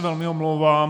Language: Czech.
Velmi se omlouvám.